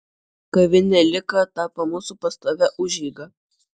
kavinė lika tapo mūsų pastovia užeiga